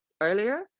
earlier